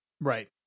Right